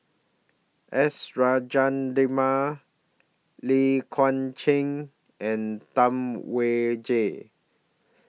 S Rajendran Lai Kew Chai and Tam Wai Jia